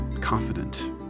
confident